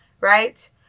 right